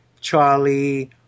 Charlie